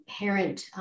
inherent